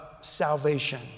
salvation